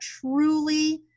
truly